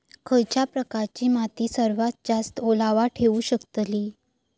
खयच्या प्रकारची माती सर्वात जास्त ओलावा ठेवू शकतली?